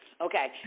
Okay